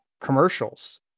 commercials